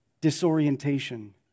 disorientation